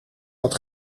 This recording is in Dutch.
dat